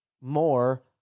more